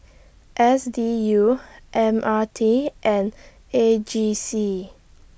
S D U M R T and A G C